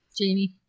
Jamie